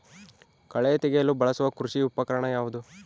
ಕಳೆ ತೆಗೆಯಲು ಬಳಸುವ ಕೃಷಿ ಉಪಕರಣ ಯಾವುದು?